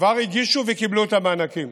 כבר הגישו וקיבלו את המענקים.